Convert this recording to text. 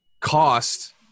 cost